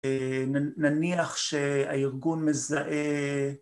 נניח שהארגון מזהה